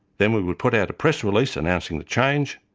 then we would put out a press release announcing the change,